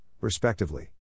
respectively